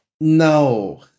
No